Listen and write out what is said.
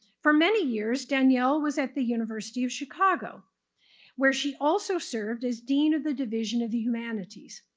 for many years danielle was at the university of chicago where she also served as dean of the division of the humanities.